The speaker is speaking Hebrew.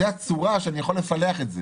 זו הצורה שבה אני יכול לפלח את זה